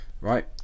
Right